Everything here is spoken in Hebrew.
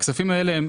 הכספים האלה הם